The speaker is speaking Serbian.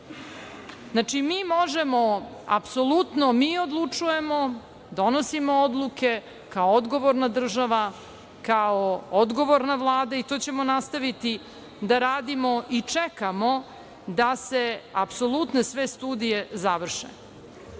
Znači, apsolutno mi odlučujemo, donosimo odluke, kao odgovorna država, kao odgovorna Vlada, i to ćemo nastaviti da radimo i čekamo da se apsolutne sve studije završe.S